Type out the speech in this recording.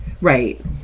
Right